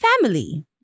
Family